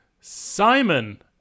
Simon